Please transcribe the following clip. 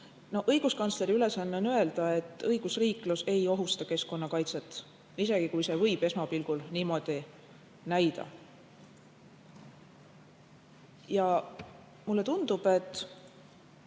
Õiguskantsleri ülesanne on öelda, et õigusriiklus ei ohusta keskkonnakaitset, isegi kui see võib esmapilgul niimoodi näida. Mulle tundub, et